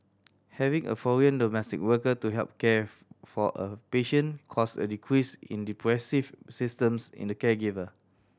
having a foreign domestic worker to help care for a patient caused a decrease in depressive systems in the caregiver